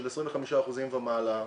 של 25% ומעלה,